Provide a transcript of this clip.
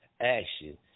action